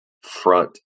front